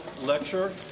Lecture